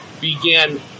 began